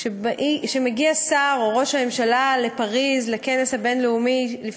כשמגיע שר או ראש הממשלה לפריז לכנס הבין-לאומי של האו"ם,